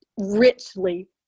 richly